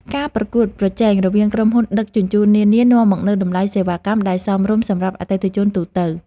ការប្រកួតប្រជែងរវាងក្រុមហ៊ុនដឹកជញ្ជូននានានាំមកនូវតម្លៃសេវាកម្មដែលសមរម្យសម្រាប់អតិថិជនទូទៅ។